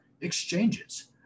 exchanges